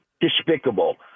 despicable